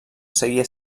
seguia